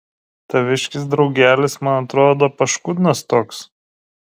taviškis draugelis man atrodo paškudnas toks